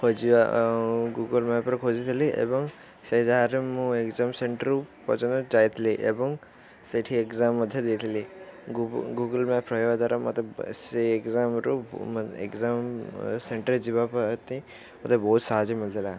ଖୋଜିବା ଗୁଗୁଲ୍ ମ୍ୟାପ୍ରେ ଖୋଜିଥିଲି ଏବଂ ସେ ଯାହାର ମୁଁ ଏଗ୍ଜାମ୍ ସେଣ୍ଟର୍ ପର୍ଯ୍ୟନ୍ତ ଯାଇଥିଲି ଏବଂ ସେଠି ଏଗ୍ଜାମ୍ ମଧ୍ୟ ଦେଇଥିଲି ଗୁଗୁଲ୍ ମ୍ୟାପ୍ ରହିବା ଦ୍ୱାରା ମୋତେ ଏଗ୍ଜାମ୍ରୁ ଏଗ୍ଜାମ୍ ସେଣ୍ଟର୍ ଯିବା ପ୍ରତି ମୋତେ ବହୁତ ସାହାଯ୍ୟ ମିଳିଥିଲା